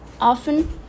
often